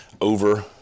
over